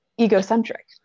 egocentric